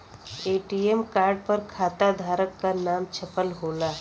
ATM card पर खाताधारक क नाम छपल होला